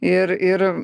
ir ir